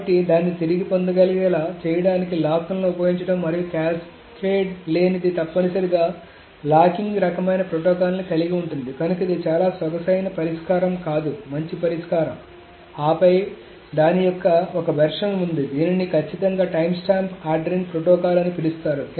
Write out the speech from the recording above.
కాబట్టి దాన్ని తిరిగి పొందగలిగేలా చేయడానికి లాక్లను ఉపయోగించడం మరియు క్యాస్కేడ్ లేనిది తప్పనిసరిగా లాకింగ్ రకమైన ప్రోటోకాల్ని కలిగి ఉంటుంది కనుక ఇది చాలా సొగసైన పరిష్కారం కాదు మంచి పరిష్కారం ఆపై దాని యొక్క ఒక వెర్షన్ ఉంది దీనిని ఖచ్చితంగా టైమ్స్టాంప్ ఆర్డరింగ్ ప్రోటోకాల్ అని పిలుస్తారు